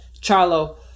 Charlo